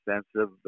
expensive